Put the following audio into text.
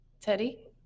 Teddy